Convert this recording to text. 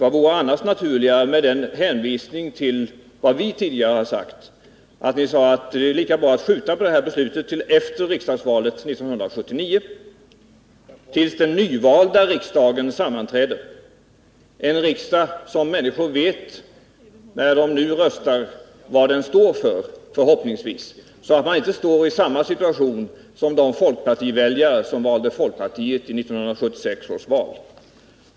Vad vore annars naturligare än att — med hänvisning till vad vi tidigare har sagt — skjuta på beslutet till efter riksdagsvalet 1979 då den nyvalda riksdagen sammanträder, en riksdag vars ståndpunkter människorna förhoppningsvis känner, så att de inte kommer i samma situation som folkpartiväljarna vid 1976 års val.